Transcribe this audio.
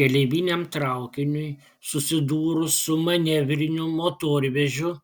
keleiviniam traukiniui susidūrus su manevriniu motorvežiu